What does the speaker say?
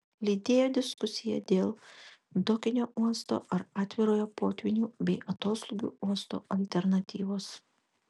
lydėjo diskusija dėl dokinio uosto ar atvirojo potvynių bei atoslūgių uosto alternatyvos